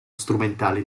strumentale